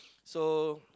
so